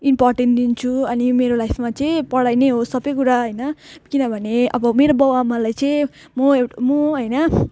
important दिन्छु अनि मेरो लाइफमा चाहिँ पढाइ नै हो सबै कुरा होइन किनभने अब मेरो बाबुआमालाई चाहिँ म एउटा म होइन